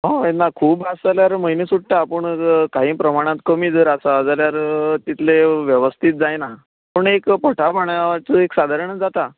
होय ना खूब आस जाल्यार म्हयनो सुट्टा पूण जर कांयी प्रमाणांत कमी जर आसा जाल्यार तितले वेवस्थीत जायना पूण एक पोटा पाणयाचो एक सादारण जाता